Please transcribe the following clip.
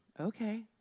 okay